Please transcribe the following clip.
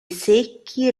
secchi